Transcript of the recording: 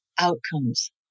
outcomes